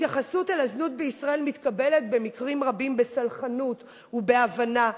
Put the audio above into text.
הזנות בישראל מתקבלת במקרים רבים בסלחנות ובהבנה,